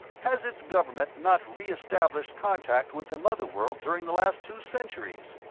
has its government not reestablished contact with the mother world during the last two centuries?